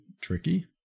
tricky